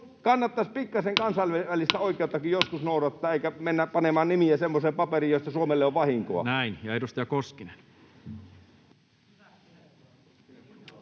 koputtaa] kansainvälistä oikeuttakin joskus noudattaa eikä mennä panemaan nimiä semmoiseen paperiin, josta Suomelle on vahinkoa. [Leena Meri: